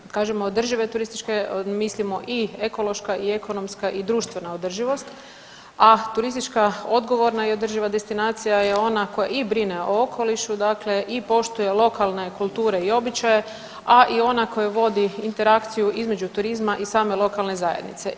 Kad kažemo održive turističke mislimo i ekološka i ekonomska i društvena održivost, a turistička odgovorna i održiva destinacija je ona koja i brine o okolišu dakle i poštuje lokalne kulture i običaje, a i ona koja vodi interakciju između turizma i same lokalne zajednice.